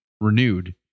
renewed